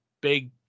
big